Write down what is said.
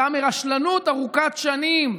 כתוצאה מרשלנות ארוכת שנים,